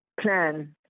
Plan